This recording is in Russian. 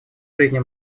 жизни